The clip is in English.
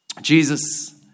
Jesus